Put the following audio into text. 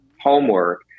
homework